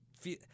feel